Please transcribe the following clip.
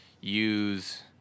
use